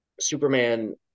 Superman